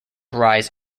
rise